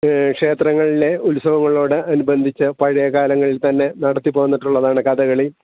ക്ഷേത്രങ്ങളിലെ ഉത്സവങ്ങളോട് അനുബന്ധിച്ച് പഴയ കാലങ്ങളിൽത്തന്നെ നടത്തിപ്പോന്നിട്ടുള്ളതാണ് കഥകളി